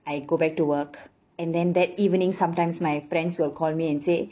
I go back to work and then that evening sometimes my friends will call me and say